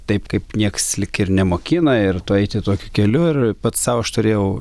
taip kaip nieks lyg ir nemokina ir tuo eiti tokiu keliu ir pats sau aš turėjau